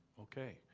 ok.